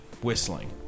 whistling